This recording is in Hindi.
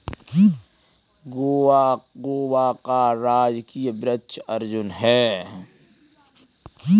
गोवा का राजकीय वृक्ष अर्जुन है